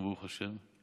ברוך השם,